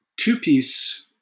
two-piece